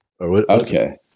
Okay